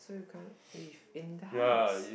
so you can't live in the house